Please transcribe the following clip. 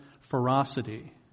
ferocity